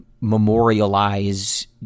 memorialize